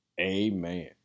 amen